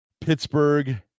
Pittsburgh